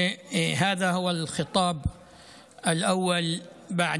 זה הנאום הראשון לאחר